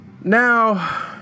Now